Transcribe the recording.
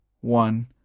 one